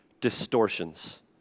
distortions